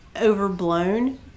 overblown